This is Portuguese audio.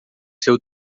seu